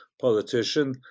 politician